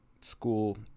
school